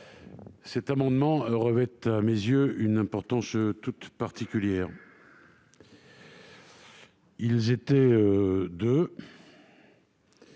cet amendement revêt à mes yeux une importance toute particulière. Ils étaient deux.